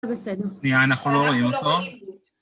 בסדר, אנחנו לא רואים אותו